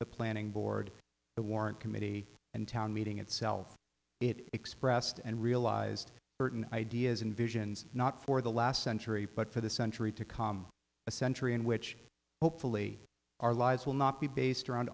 the planning board the warrant committee and town meeting itself it expressed and realized certain ideas and visions not for the last century but for the century to calm a century in which hopefully our lives will not be based around